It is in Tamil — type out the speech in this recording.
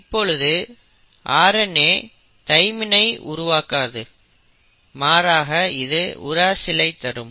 இப்பொழுது RNA தைமைன் ஐ உருவாக்காது மாறாக இது உராசில் ஐ தரும்